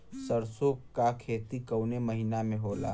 सरसों का खेती कवने महीना में होला?